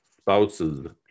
spouses